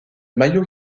mayo